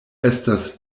estas